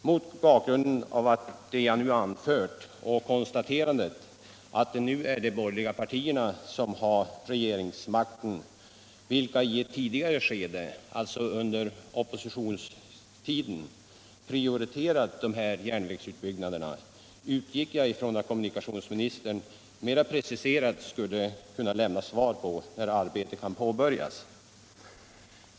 Mot bakgrund av det jag här anfört och med konstaterandet att det nu är de borgerliga partierna som har regeringsmakten — och de har ju i ett tidigare skede, alltså då de befann sig i oppositionsställning, prioriterat de här järnvägsutbyggnaderna — utgick jag ifrån att kommunikationsministern skulle kunna lämna ett mera preciserat svar på frågan när arbetet kan påbörjas.